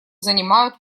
занимают